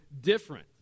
different